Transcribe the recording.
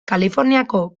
kaliforniako